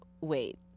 wait